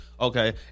okay